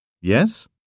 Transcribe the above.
Yes